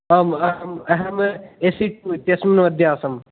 आम् अहम् A C इत्यस्मिन् मध्ये आसम्